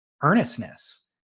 earnestness